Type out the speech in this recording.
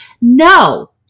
No